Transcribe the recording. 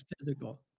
physical